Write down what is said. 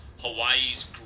Hawaii's